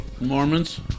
mormons